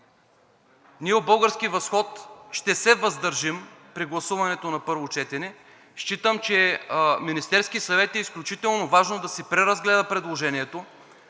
ние от „Български възход“ ще се въздържим при гласуването на първо четене. Считам, че Министерският съвет е изключително важно да си преразгледа предложението,